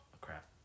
Crap